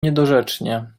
niedorzecznie